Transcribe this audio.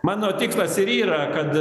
mano tikslas ir yra kad